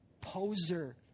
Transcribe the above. poser